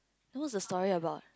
what is the story about